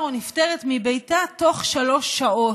נפטר או נפטרת מביתה בתוך שלוש שעות.